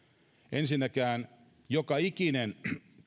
ensinnäkin joka ikinen